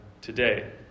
today